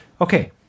Okay